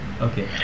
Okay